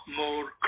more